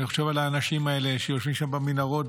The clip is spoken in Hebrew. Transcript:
חושב על האנשים האלה שיושבים שם במנהרות,